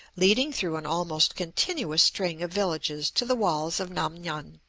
leading through an almost continuous string of villages to the walls of nam-ngan.